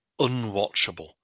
unwatchable